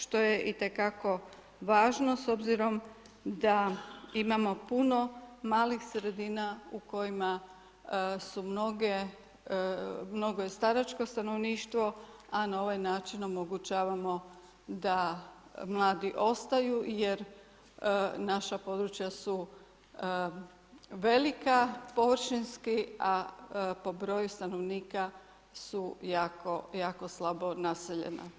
Što je itekako važno, s obzirom da imamo puno malih sredina u kojima su mnogo je staračko stanovništvo, a na ovaj način omogućavamo da mladi ostaju, jer naša područja su velika površinski, a po broju stanovnika, su jako slabo naseljena.